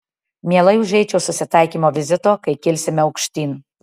mielai užeičiau susitaikymo vizito kai kilsime aukštyn